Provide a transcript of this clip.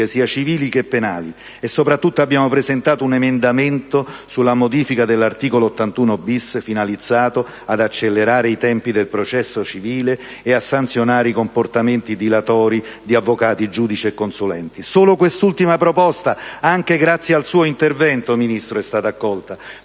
sia civili che penali. E, soprattutto, abbiamo presentato un emendamento sulla modifica dell'articolo 81-*bis*, finalizzato ad accelerare i tempi del processo civile e a sanzionare i comportamenti dilatori di avvocati, giudici e consulenti. Solo quest'ultima proposta, anche grazie al suo intervento, Ministro, è stata accolta,